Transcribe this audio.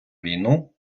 війну